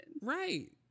Right